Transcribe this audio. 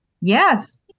yes